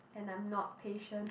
and I'm not patient